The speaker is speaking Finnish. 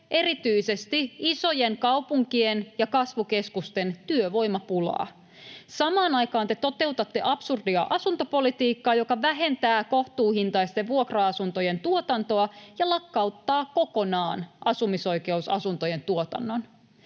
erityisesti isojen kaupunkien ja kasvukeskusten työvoimapulaa. Samaan aikaan te toteutatte absurdia asuntopolitiikkaa, joka vähentää kohtuuhintaisten vuokra-asuntojen tuotantoa ja lakkauttaa kokonaan asumisoikeusasuntojen tuotannon.